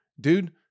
dude